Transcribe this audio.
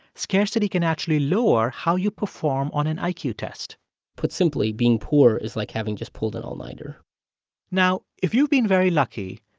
scarcity can actually lower how you perform on an iq test put simply, being poor is like having just pulled an all-nighter now, if you've been very lucky,